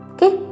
Okay